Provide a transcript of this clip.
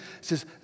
says